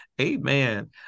Amen